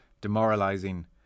demoralizing